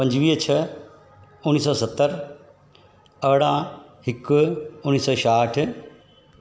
पंजवीह छह उणिवीह सौ सतरि अरिड़हां हिकु उणिवीह सौ छाहठि